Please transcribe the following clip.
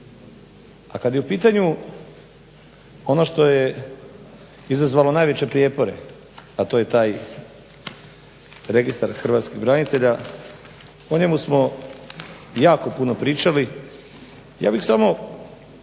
A kad je u pitanju ono što je izazvalo najveće prijepore, a to je taj Registar hrvatskih branitelja o njemu smo jako puno pričali. Ja bih samo